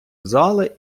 зали